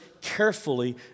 carefully